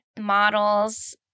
models